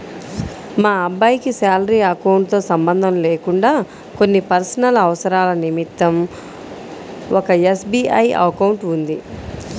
మా అబ్బాయికి salary account తో సంబంధం లేకుండా కొన్ని పర్సనల్ అవసరాల నిమిత్తం ఒక ఎస్.బీ.ఐ అకౌంట్ ఉంది